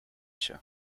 się